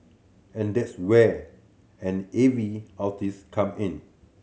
and that's where an A V come in